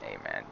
Amen